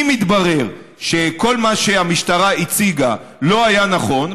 אם יתברר שכל מה שהמשטרה הציגה לא היה נכון,